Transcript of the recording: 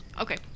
Okay